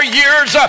years